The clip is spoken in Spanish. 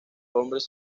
hombres